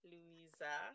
Louisa